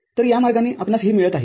तरया मार्गाने आपणास हे मिळत आहे